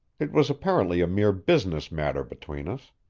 it was apparently a mere business matter between us.